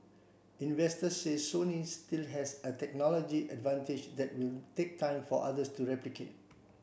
investors say Sony still has a technology advantage that will take time for others to replicate